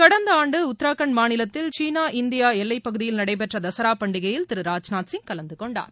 கடந்த ஆண்டு உத்தரகாண்ட் மாநிலத்தில் சீனா இந்தியா எல்லைப் பகுதியில் நடைபெற்ற தசரா பண்டிகையில் திரு ராஜ்நாத் சிங் கலந்து கொண்டார்